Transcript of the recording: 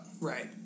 Right